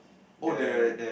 oh the